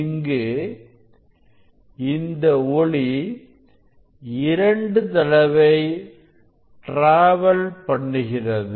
இங்கு இந்த ஒளி இரண்டு தடவை டிராவல் பண்ணுகிறது